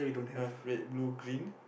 ah red blue green